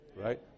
right